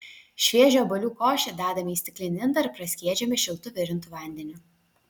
šviežią obuolių košę dedame į stiklinį indą ir praskiedžiame šiltu virintu vandeniu